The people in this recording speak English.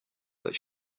but